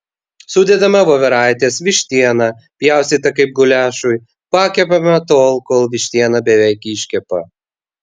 sudedame voveraites vištieną pjaustytą kaip guliašui pakepame tol kol vištiena beveik iškepa